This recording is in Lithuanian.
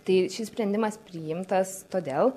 tai šis sprendimas priimtas todėl